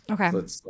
Okay